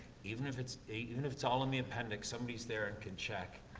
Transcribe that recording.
even if it's a even if it's all in the appendix, somebody's there and can check,